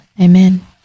amen